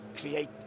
Create